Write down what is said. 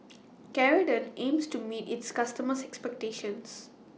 Ceradan aims to meet its customers' expectations